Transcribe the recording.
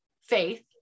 faith